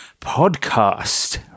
podcast